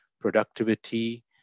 productivity